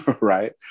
right